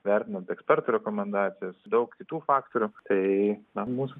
vertinant ekspertų rekomendacijas daug kitų faktorių tai na mūsų